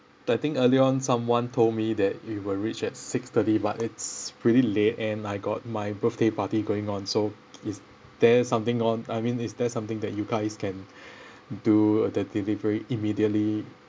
I think early on someone told me that you will reach at six thirty but it's pretty late and I got my birthday party going on so is there something on I mean is there something that you guys can do the delivery immediately